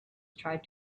tried